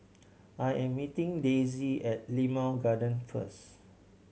I am meeting Daisy at Limau Garden first